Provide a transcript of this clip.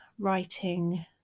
writing